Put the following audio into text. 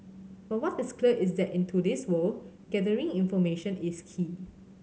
but what is clear is that in today's world gathering information is key